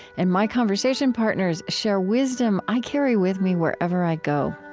and my conversation partners share wisdom i carry with me wherever i go.